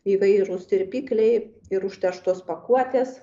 įvairūs tirpikliai ir užterštos pakuotės